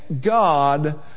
God